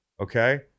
Okay